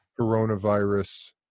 coronavirus